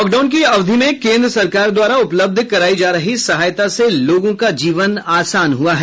lockdown की अवधि में केन्द्र सरकार द्वारा उपलब्ध करायी जा रही सहायता से लोगों का जीवन आसान हुआ है